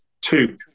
two